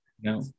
No